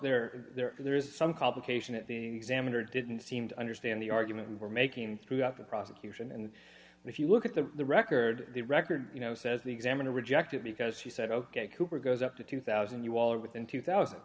there are there is some complication at the examiner didn't seem to understand the argument we're making throughout the prosecution and if you look at the record the record you know says the examiner rejected because he said ok cooper goes up to two thousand you all are within two thousand